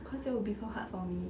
cause it would be so hard for me